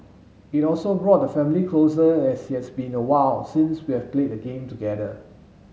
it also brought the family closer as it's been awhile since we've played a game together